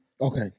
Okay